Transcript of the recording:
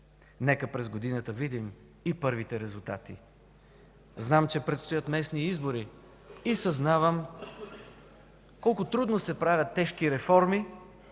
Нека през годината видим и първите резултати. Знам, че предстоят местни избори и съзнавам колко трудно се правят тежки реформи